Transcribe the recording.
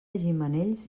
gimenells